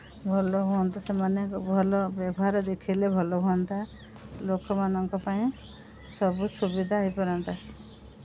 ଭଲ ହୁଅନ୍ତା ସେମାନେ ଭଲ ବ୍ୟବହାର ଦେଖାଇଲେ ଭଲ ହୁଅନ୍ତା ଲୋକମାନଙ୍କ ପାଇଁ ସବୁ ସୁବିଧା ହୋଇପାରନ୍ତା